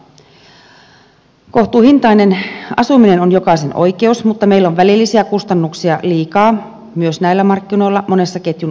kohtuuhintainen asuminen on jokaisen oikeus mutta meillä on välillisiä kustannuksia liikaa myös näillä markkinoilla monessa ketjun osassa